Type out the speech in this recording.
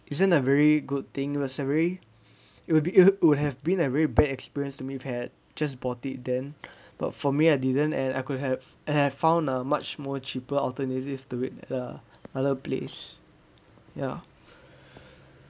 isn't a very good thing was uh very it would be it would have been a very bad experience to me if had just bought it then but for me I didn't and I could have I have found a much more cheaper alternatives to it lah other place ya